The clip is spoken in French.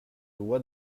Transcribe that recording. loi